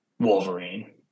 Wolverine